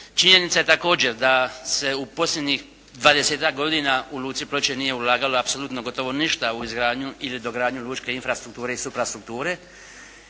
Činjenica je također da se u posljednjih dvadesetak godina u Luci Ploče nije ulagalo apsolutno gotovo ništa u izgradnju ili dogradnju lučke infrastrukture i suprastrukture